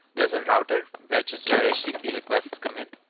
there's a router which is where http requests come in,